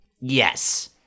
yes